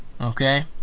Okay